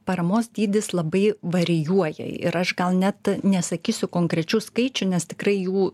paramos dydis labai varijuoja ir aš gal net nesakysiu konkrečių skaičių nes tikrai jų